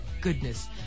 goodness